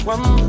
One